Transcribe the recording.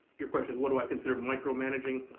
your question is what do i consider micromanaging?